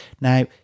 Now